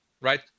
right